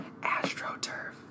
AstroTurf